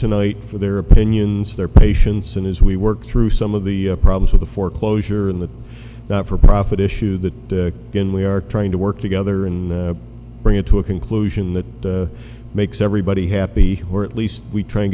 tonight for their opinions their patience and as we work through some of the problems with the foreclosure in the not for profit issue that again we are trying to work together and bring it to a conclusion that makes everybody happy or at least we try